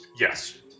Yes